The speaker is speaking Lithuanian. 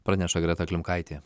praneša greta klimkaitė